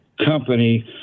company